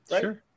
Sure